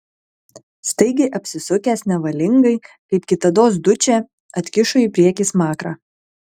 staigiai apsisukęs nevalingai kaip kitados dučė atkišo į priekį smakrą